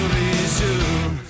resume